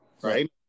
Right